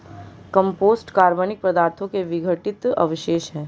compost कार्बनिक पदार्थों के विघटित अवशेष हैं